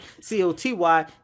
C-O-T-Y